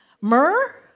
myrrh